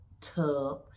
tub